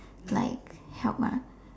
like help ah